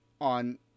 on